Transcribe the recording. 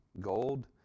gold